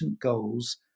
goals